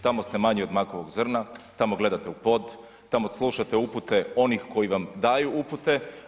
Tamo ste manji od makovog zrna, tamo gledate u pod, tamo slušate upute onih koji vam daju upute.